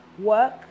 work